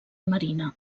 marina